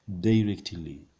directly